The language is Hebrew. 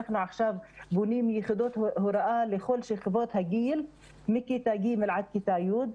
אנחנו עכשיו בונים יחידות הוראה לכל שכבות הגיל מכיתה ג' עד כיתה י'.